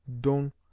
dont